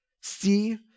see